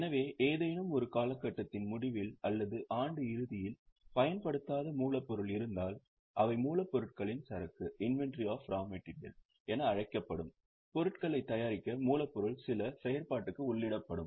எனவே ஏதேனும் ஒரு காலகட்டத்தின் முடிவில் அல்லது ஆண்டு இறுதியில் பயன்படுத்தப்படாத மூலப்பொருள் இருந்தால் அவை மூலப்பொருட்களின் சரக்கு என அழைக்கப்படும் பொருட்களை தயாரிக்க மூலப்பொருள் சில செயற்பாட்டுக்கு உள்ளிடப்படும்